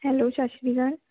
hello ਸਤਿ ਸ਼੍ਰੀ ਅਕਾਲ